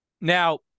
Now